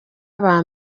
aba